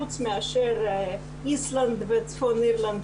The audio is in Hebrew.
חוץ מאשר איסלנד וצפון אירלנד,